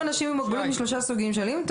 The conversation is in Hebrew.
אנשים עם מוגבלות משלושה סוגים שונים.